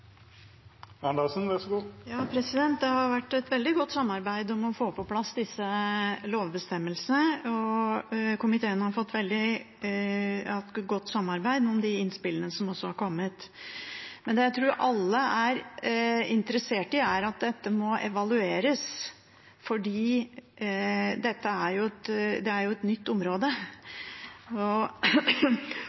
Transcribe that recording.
Det har vært et veldig godt samarbeid om å få på plass disse lovbestemmelsene, og komiteen har hatt et godt samarbeid om innspillene som har kommet. Det jeg tror alle er interessert i, er at dette må evalueres, for dette er et nytt område. Det